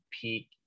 peak